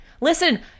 Listen